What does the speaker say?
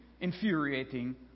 infuriating